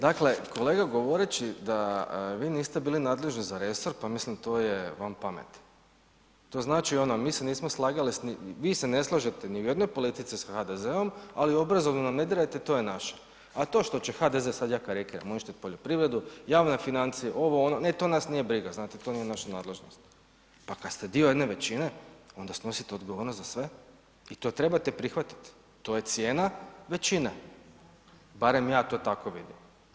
Dakle, kolega govoreći da vi niste bili nadležni za resor, pa mislim to je van pameti, to znači ono mi se nismo slagali s, vi se ne slažete ni u jednoj politici s HDZ-om, ali obrazovanje nam ne dirajte, to je naše, a to što će HDZ, sad ja karikiram, uništit poljoprivredu, javne financije, ovo, ono, ne to nas nije briga znate, to nije u našoj nadležnosti, pa kad ste dio jedne većine onda snosite odgovornost za sve i to trebate prihvatit, to je cijena većine, barem ja to tako vidim.